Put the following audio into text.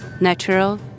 natural